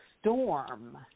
storm